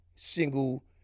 single